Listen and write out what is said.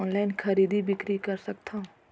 Online खरीदी बिक्री कर सकथव?